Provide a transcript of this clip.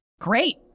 Great